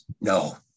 No